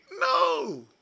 No